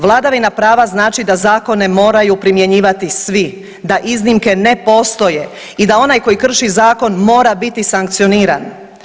Vladavina prava znači da zakone moraju primjenjivati svi, da iznimke ne postoje i da onaj koji krši zakon mora biti sankcioniran.